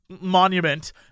monument